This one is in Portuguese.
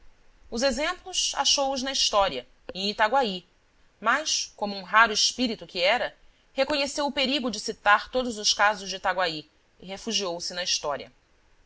os exemplos achou-os na história e em itaguaí mas como um raro espírito que era reconheceu o perigo de citar todos os casos de itaguaí e refugiou-se na